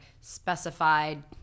specified